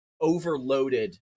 overloaded